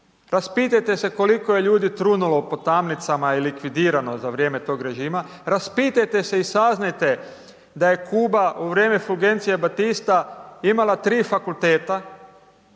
Raspitajte se koliko je ljudi trunulo po tamnicama i likvidirano za vrijeme tog režima, raspitajte se i saznajte da je Kuba u vrijeme Fulgencie Batista imala 3 fakulteta,